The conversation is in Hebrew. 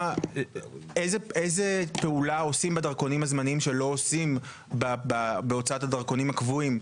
איזו פעולה עושים בדרכונים הזמניים שלא עושים בהוצאת הדרכונים הקבועים?